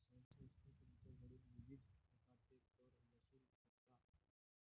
संस्था तुमच्याकडून विविध प्रकारचे कर वसूल करतात